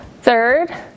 Third